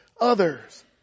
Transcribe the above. others